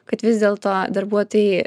kad vis dėlto darbuotojai